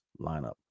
lineup